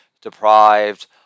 deprived